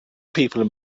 people